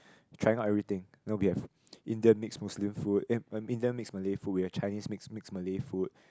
trying out everything you know we have Indian mix Muslim food eh Indian mix malay food we have Chinese mix mix malay food